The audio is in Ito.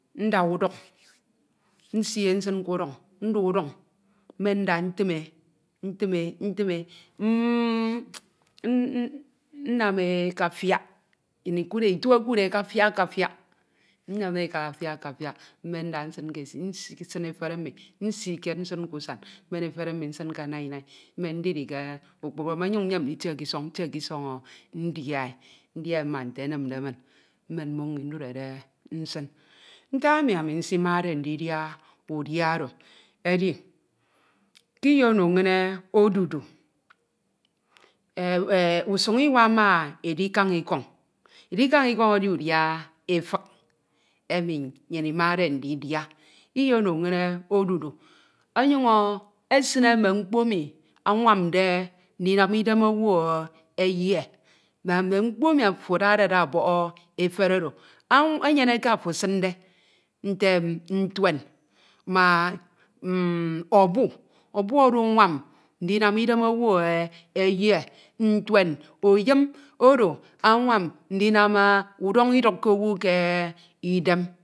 nda uduk nsi e nsin k'uduñ ntim e, ntim e ntim e nnam e ke afiak, nnyin ikud e ke afiak, itu okud e ke afiak ke afiak, mmenda nsin ke esi, nsin efere mmi nsi kied nsin k'usan mmen efere mmi nsin ke nainai mmen ndidi ke ukpibe me nyuñ nyem nditie k'isọñ ntie k'isọñ ndia e, ndia e mma mmen mmoñ mmi ndude nsin. Ntak emi ami nsimade ndidia udia oro edi k'iyeno nñ odudu, usuñ iwa ma edikan ikọñ, edikan ikọñ edi udia efik emi nnyin imade ndidia iyeno nñ odudu ọnyuñ esine mme mkpo emi anwamde ndinam idem owu eyie ma mme mkpo emi afo adade ada ọbọk efere oro. Enyene eke afo esinde nte ntuen ma mm ọbu, ọbu oro anwam ndinam idem owu eyie. Ntuen, oyum oro anwam ndinam udọñọ idukke owu ke idem.